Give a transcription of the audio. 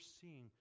seeing